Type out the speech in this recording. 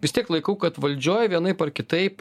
vis tiek laikau kad valdžioj vienaip ar kitaip